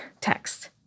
text